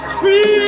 free